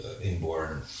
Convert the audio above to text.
inborn